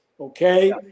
Okay